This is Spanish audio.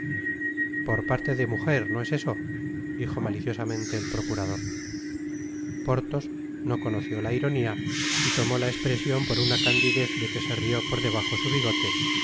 por parte de mujer no es eso dijo maliciosamente el procurador porthos no conoció ta ironia y tomó la espresion por una candidez do que se rió por debajo su bigote pero